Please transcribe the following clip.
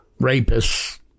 rapists